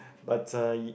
but uh